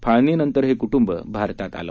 फाळणी नंतर हे क्टुंब भारतात आलं